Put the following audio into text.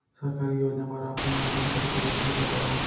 सरकारी योजना बर ऑफलाइन आवेदन करे के विधि ला बतावव